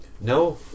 no